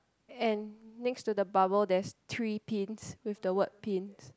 and next to the bubble there's three pins with the word pins